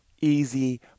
easy